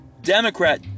Democrat